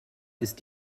ist